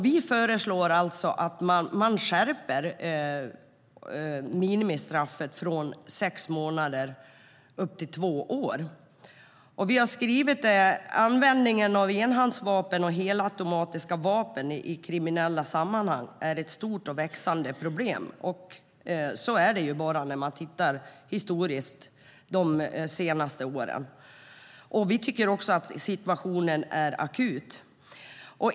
Vi föreslår att man ska skärpa minimistraffet från sex månader upp till två år. Vi har skrivit: "Användningen av enhandsvapen och helautomatiska vapen i kriminella sammanhang är ett stort och växande problem." Så är det ju om man tittar på det historiskt de senaste åren. Vi tycker också att situationen är akut.